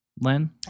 Len